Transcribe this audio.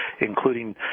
including